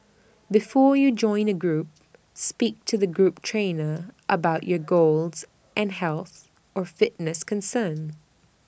before you join A group speak to the group trainer about your goals and health or fitness concerns